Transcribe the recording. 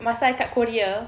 masa I kat korea